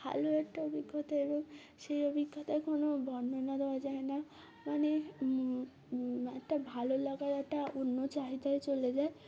ভালো একটা অভিজ্ঞতা এবং সেই অভিজ্ঞতায় কোনো বর্ণনা দেওয়া যায় না মানে একটা ভালো লাগার একটা অন্য চাহিদায় চলে যায়